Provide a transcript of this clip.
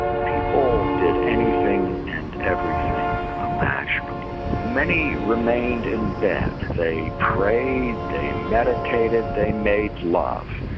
people did anything and everything imaginable. many remained in bed. they prayed, they meditated, they made love,